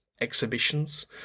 exhibitions